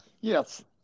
Yes